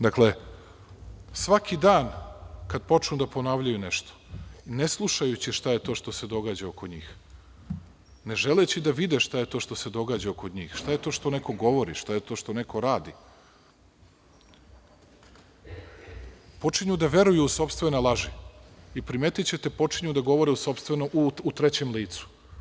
Dakle, svaki dan kad počnu da ponavljaju nešto, ne slušajući šta je to što se događa oko njih, ne želeći da vide šta je to što se događa oko njih, šta je to što neko govori, šta je to što neko radi, počinju da veruju u sopstvene laži i primetićete, počinju da govore u trećem licu.